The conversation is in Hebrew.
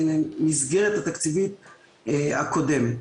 המסגרת התקציבית הקודמת.